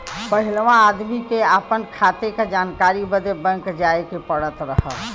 पहिलवा आदमी के आपन खाते क जानकारी बदे बैंक जाए क पड़त रहल